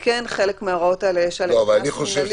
כן חלק מההוראות האלה יש עליהן קנס מנהלי במקום שפתוח לציבור.